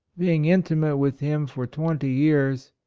being intimate with him for twenty years,